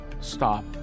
stop